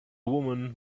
woman